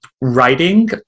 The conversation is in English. writing